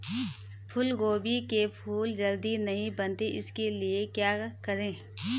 फूलगोभी के फूल जल्दी नहीं बनते उसके लिए क्या करें?